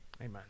Amen